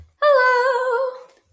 Hello